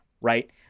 right